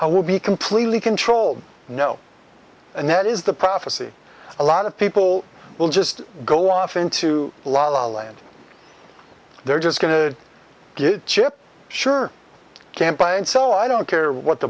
will be completely controlled no and that is the prophecy a lot of people will just go off into la la land they're just going to get chips sure can't buy and sell i don't care what the